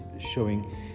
showing